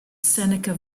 seneca